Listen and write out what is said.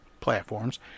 platforms